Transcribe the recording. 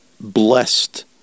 blessed